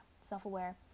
self-aware